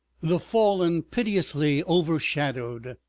the fallen pitilessly overshadowed.